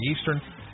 Eastern